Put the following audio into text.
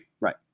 Right